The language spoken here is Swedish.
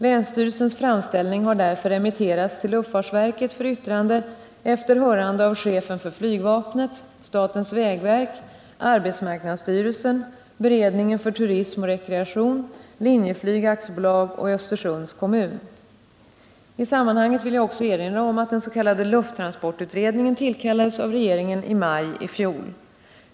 Länsstyrelsens framställning har därför remitterats till luftfartsverket för yttrande efter hörande av chefen för flygvapnet, statens vägverk, arbetsmarknadssty 129 I sammanhanget vill jag också erinra om att den s.k. lufttransportutredningen tillkallades av regeringen i maj i fjol.